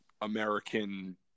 American